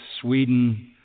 Sweden